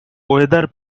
weather